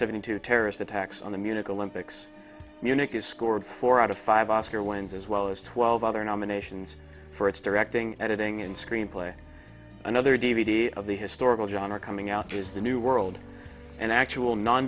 hundred two terrorist attacks on the munich olympics munich is scored four out of five oscar ones as well as twelve other nominations for its directing editing and screenplay another d v d of the historical john are coming out is the new world an actual non